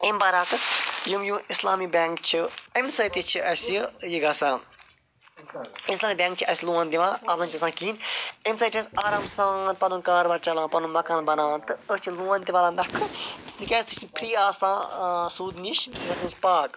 اَمہِ برَعکٕس یِم یہِ اِسلامی بینٛک چھِ اَمہِ سۭتۍ تہِ چھِ اَسہِ یہِ گَژھان اِسلٲمی بینٛک چھِ اَسہِ لون دِوان اَتھ منٛز چھِ آسان کِہیٖنٛۍ اَمہِ سۭتۍ چھِ أسۍ آرام سان پنُن کاربار چَلان پنُن مکان بناوان تہٕ أسۍ چھِ لون تہِ والان نکھٕ تِکیٛازِ سُہ چھُ فرٛی آسان سوٗدٕ نِش پاک